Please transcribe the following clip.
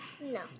No